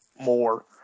more